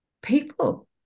people